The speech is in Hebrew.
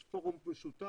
יש פורום משותף.